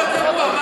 רוצים תורה.